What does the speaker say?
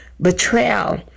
betrayal